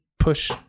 push